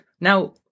Now